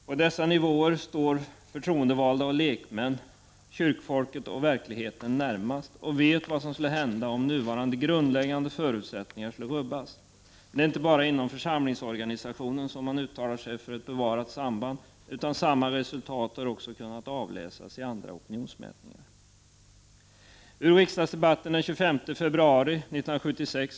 På dessa nivåer står förtroendevalda och lekmän närmast kyrkfolket och verkligheten, och de vet vad som skulle hända om nuvarande grundläggande förutsättningar skulle rubbas. Det är dock inte bara inom församlingsorganisationen som man uttalar sig för ett bevarat samband, utan samma resultat har också kunnat avläsas i andra opinionsmätningar. Vi diskuterar inte alltid denna fråga sent på hösten.